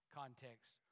context